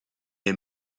est